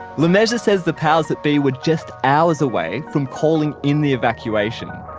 lemessurier says the powers that be were just hours away from calling in the evacuation.